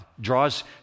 draws